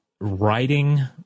writing